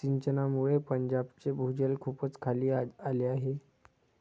सिंचनामुळे पंजाबचे भूजल खूपच खाली आले आहे